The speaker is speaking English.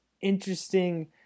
interesting